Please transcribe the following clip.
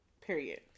Period